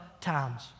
times